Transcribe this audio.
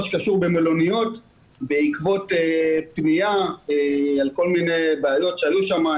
שקשור במלוניות בעקבות פנייה לגבי כל מיני בעיות שעלו שם,